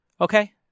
okay